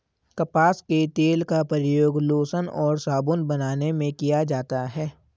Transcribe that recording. कपास के तेल का प्रयोग लोशन और साबुन बनाने में किया जाता है